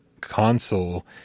console